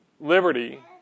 liberty